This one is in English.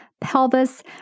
pelvis